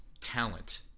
talent –